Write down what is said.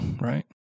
right